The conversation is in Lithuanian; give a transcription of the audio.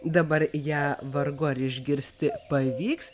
dabar ją vargu ar išgirsti pavyks